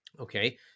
Okay